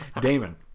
Damon